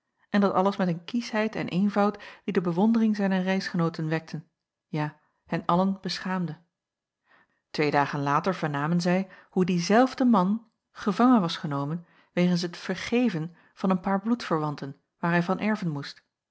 en dat alles met een kiesheid en eenvoud die de bewondering zijner reisgenooten wekte ja hen allen beschaamde twee dagen later vernamen zij hoe diezelfde man gevangen was genomen wegens het vergeven van een paar bloedverwanten waar hij van erven moest